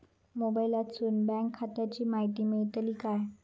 मोबाईलातसून बँक खात्याची माहिती मेळतली काय?